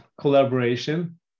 collaboration